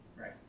Right